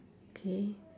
K